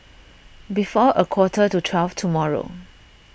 before a quarter to twelve tomorrow